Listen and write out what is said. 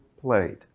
played